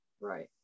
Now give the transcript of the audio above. Right